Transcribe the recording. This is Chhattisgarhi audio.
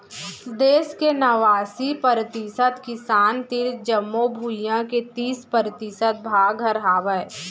देस के नवासी परतिसत किसान तीर जमो भुइयां के तीस परतिसत भाग हर हावय